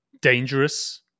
dangerous